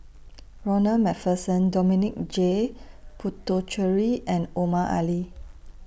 Ronald MacPherson Dominic J Puthucheary and Omar Ali